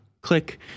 click